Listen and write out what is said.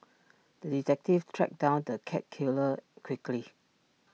the detective tracked down the cat killer quickly